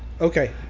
Okay